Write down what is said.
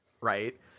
right